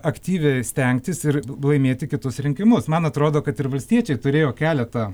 aktyviai stengtis ir laimėti kitus rinkimus man atrodo kad ir valstiečiai turėjo keletą